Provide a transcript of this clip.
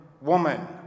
woman